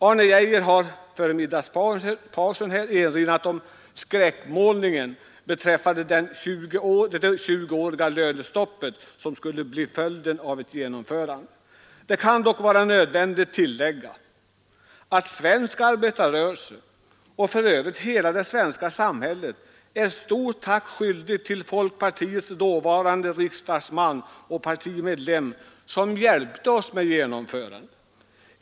Arne Geijer har före middagspausen erinrat om skräckmålningen beträffande det tjugoåriga lönestopp som skulle bli följden av ett genomförande. Det kan dock vara nödvändigt tillägga att svensk arbetarrörelse och för övrigt hela det svenska samhället är stor tack skyldiga den dåvarande folkpartiriksdagsman som hjälpte oss med genomförandet.